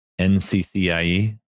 NCCIE